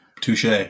touche